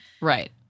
Right